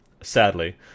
sadly